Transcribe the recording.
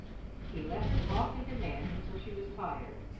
he let her talk and demand until she was tired,